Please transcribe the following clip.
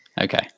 Okay